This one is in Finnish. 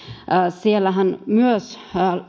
siellähän myös